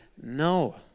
No